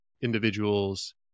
individuals